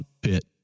pit